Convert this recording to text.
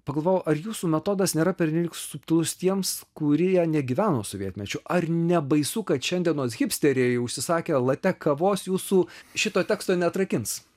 pagalvojau ar jūsų metodas nėra pernelyg subtilus tiems kurie negyveno sovietmečiu ar nebaisu kad šiandienos hipsteriai užsisakę late kavos jūsų šito teksto neatrakins